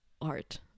art